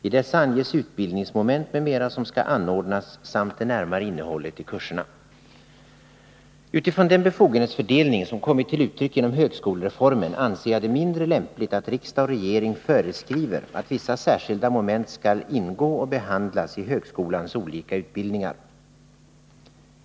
I dessa anges utbildningsmoment m.m. som skall anordnas samt det närmare innehållet i kurserna. Utifrån den befogenhetsfördelning som kommit till uttryck genom högskolereformen anser jag det mindre lämpligt att riksdag och regering föreskriver att vissa särskilda moment skall ingå och behandlas i högskolans olika utbildningar.